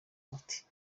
umuti